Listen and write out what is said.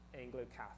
Anglo-Catholic